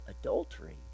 adultery